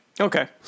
Okay